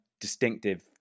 distinctive